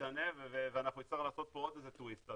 תשתנה וצריך לעשות פה עוד איזה טוויסט.